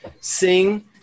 Sing